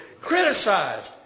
criticized